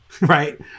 right